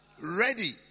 ready